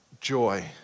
joy